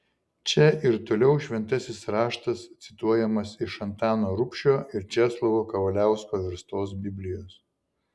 čia ir toliau šventasis raštas cituojamas iš antano rubšio ir česlovo kavaliausko verstos biblijos